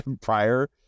prior